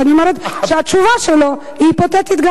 אז אני אומרת שהתשובה שלו היא גם היפותטית.